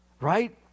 right